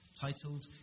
titled